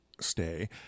stay